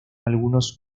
algunos